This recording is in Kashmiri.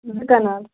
زٕ کنال